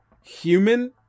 Human